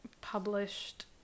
published